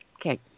Okay